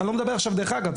דרך אגב,